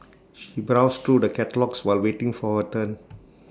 she browsed through the catalogues while waiting for her turn